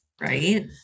right